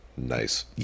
nice